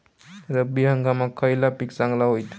रब्बी हंगामाक खयला पीक चांगला होईत?